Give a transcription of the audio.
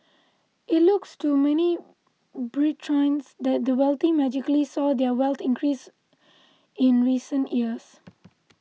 it looks to many Britons that the wealthy magically saw their wealth increase in recent years